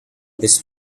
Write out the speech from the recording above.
this